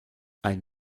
ein